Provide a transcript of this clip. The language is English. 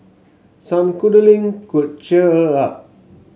some cuddling could cheer her up